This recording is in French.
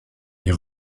est